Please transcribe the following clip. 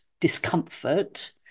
discomfort